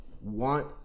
want